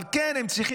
אבל כן,